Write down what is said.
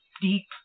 deep